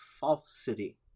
falsity